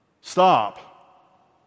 Stop